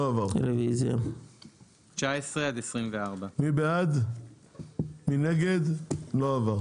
הצבעה ההסתייגויות נדחו לא עבר.